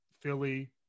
Philly